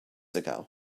ago